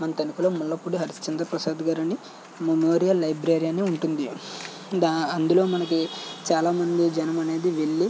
మన తణుకులో ముళ్ళపూడి హరిచంద్ర ప్రసాద్ గారని మెమోరియల్ లైబ్రరీ అని ఉంటుంది అందులో మనకి చాలామంది జనం అనేది వెళ్ళి